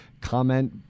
comment